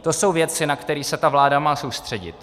To jsou věci, na které se vláda má soustředit.